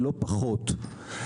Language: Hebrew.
ולא פחות.